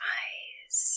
eyes